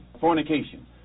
fornication